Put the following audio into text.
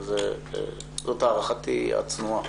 אבל זו הערכתי הצנועה.